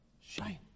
shine